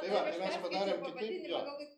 jo ir mes padarėm kitaip jo